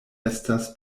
estas